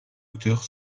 docteurs